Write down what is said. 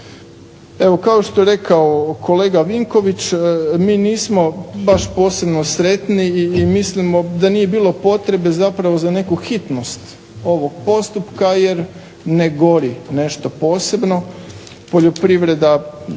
Evo kao što je rekao kolega Vinković, mi nismo baš posebno sretni i mislimo da nije bilo potrebe zapravo za neku hitnost ovog postupka jer ne gori nešto posebno. Poljoprivreda